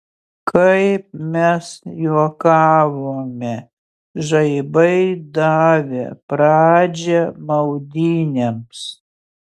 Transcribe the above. kaip mes juokavome žaibai davė pradžią maudynėms